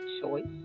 choice